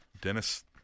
Dennis